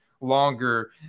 longer